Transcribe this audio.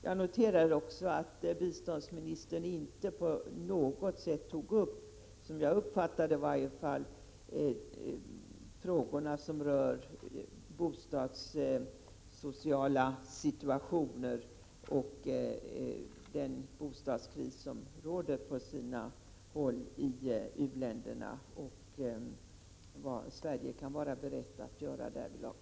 Jag noterar också att biståndsministern inte på något sätt, såsom jag har uppfattat det i varje fall, tog upp de frågor som rör bostadssociala situationer, den bostadskris som råder på sina håll i u-länderna och vad Sverige kan vara berett att göra därvidlag.